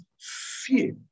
fear